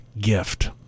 gift